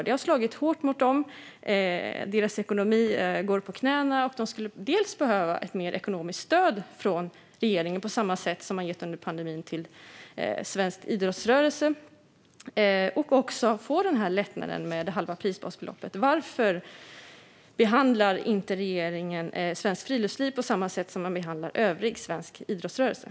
Detta har slagit hårt mot dem, och deras ekonomi går på knäna. De skulle behöva mer ekonomiskt stöd från regeringen, på samma sätt som regeringen under pandemin har gett stöd till den svenska idrottsrörelsen. De skulle också behöva få lättnaden med det halva prisbasbeloppet. Varför behandlar inte regeringen Svenskt Friluftsliv på samma sätt som man behandlar den övriga svenska idrottsrörelsen?